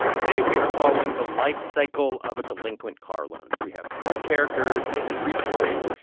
today, we are following the life cycle of a delinquent car loan. we have three characters with three stories.